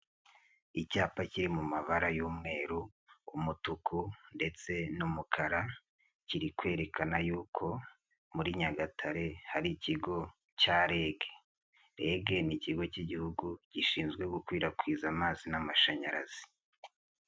Icyapa kiri mu mabara y'umweru, umutuku ndetse n'umukara. Kiri kwerekana yuko muri Nyagatare hari Ikigo cya REG.REG ni Ikigo k'Igihugu gishinzwe gukwirakwiza amazi n'amashanyarazi.